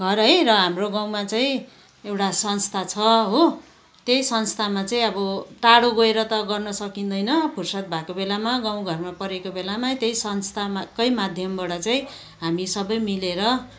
घर है र हाम्रो गाउँमा चाहिँ एउटा संस्था छ हो त्यही संस्थामा चाहिँ अब टाढो गएर त गर्न सकिँदैन फुर्सद भएको बेला गाउँ घरमा परेको बेलामा त्यही संस्थाकै माध्यमबाट चाहिँ हामी सबै मिलेर